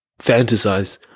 fantasize